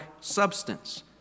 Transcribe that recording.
substance